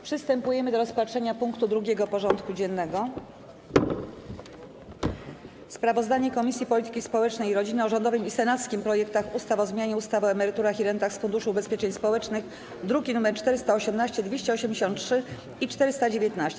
Przystępujemy do rozpatrzenia punktu 2. porządku dziennego: Sprawozdanie Komisji Polityki Społecznej i Rodziny o rządowym i senackim projektach ustaw o zmianie ustawy o emeryturach i rentach z Funduszu Ubezpieczeń Społecznych (druki nr 418, 283 i 419)